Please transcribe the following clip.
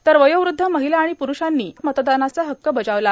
तर वयोवद्ध महिला आणि प्रूषांनी आपला मतदानाचा हक्क बजावला